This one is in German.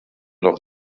doch